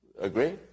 Agree